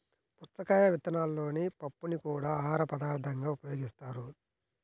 పుచ్చకాయ విత్తనాలలోని పప్పుని కూడా ఆహారపదార్థంగా ఉపయోగిస్తారు